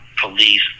Police